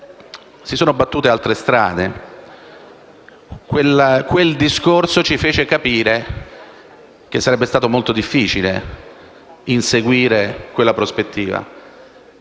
Si sono battute altre strade. Quel discorso ci fece capire che sarebbe stato molto difficile inseguire quella prospettiva.